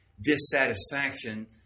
dissatisfaction